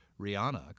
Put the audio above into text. Rihanna